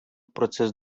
процес